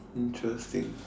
interesting